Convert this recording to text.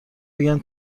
بگن